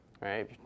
Right